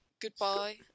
Goodbye